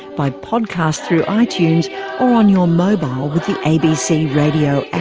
by podcast through itunes or on your mobile with the abc radio and